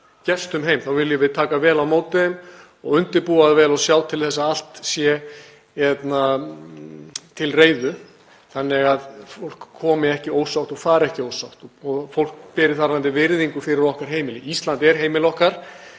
gestum heim, þá viljum við taka vel á móti þeim og undirbúa það vel og sjá til þess að allt sé til reiðu þannig að fólk komi ekki ósátt og fari ekki ósátt og fólk beri virðingu fyrir okkar heimili. Ísland er heimili okkar.